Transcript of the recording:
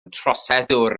troseddwr